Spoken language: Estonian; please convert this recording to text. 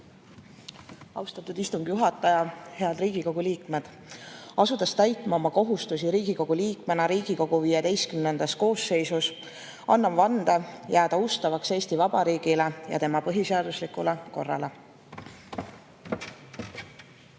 Austatud istungi juhataja! Head kolleegid! Asudes täitma oma kohustusi Riigikogu liikmena Riigikogu XV koosseisus, annan vande jääda ustavaks Eesti Vabariigile ja tema põhiseaduslikule korrale.